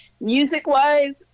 Music-wise